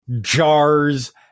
jars